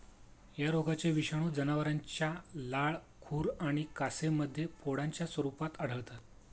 या रोगाचे विषाणू जनावरांच्या लाळ, खुर आणि कासेमध्ये फोडांच्या स्वरूपात आढळतात